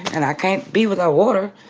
and i can't be without water.